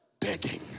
begging